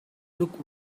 look